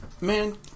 Man